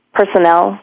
personnel